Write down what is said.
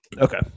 Okay